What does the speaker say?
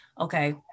okay